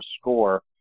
score